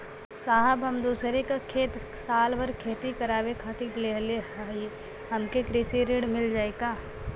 साहब हम दूसरे क खेत साल भर खेती करावे खातिर लेहले हई हमके कृषि ऋण मिल जाई का?